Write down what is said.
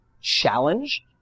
challenge